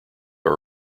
are